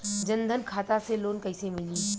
जन धन खाता से लोन कैसे मिली?